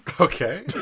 okay